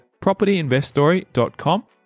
PropertyInvestStory.com